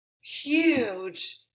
huge